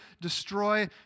destroy